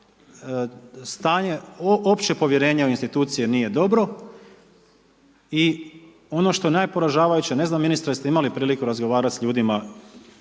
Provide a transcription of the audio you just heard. stanje, opće povjerenje u institucije nije dobro, i ono što naj poražavajuće, ne znam jeste imali priliku ministre razgovarat sa ljudima